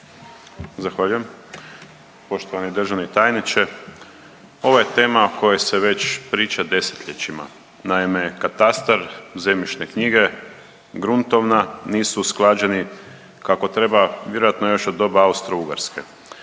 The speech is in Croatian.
Zahvaljujem. Poštovani državni tajniče ovo je tema o kojoj se već priča desetljećima. Naime, katastar, zemljišne knjige, gruntovna nisu usklađeni kako treba vjerojatno još od doba Austro-ugarske.